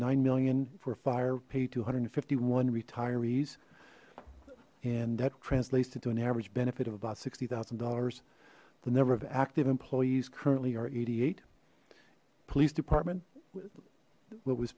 nine million for a fire paid two hundred and fifty one retirees and that translates into an average benefit of about sixty thousand dollars the number of active employees currently are eighty eight police department w